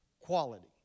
quality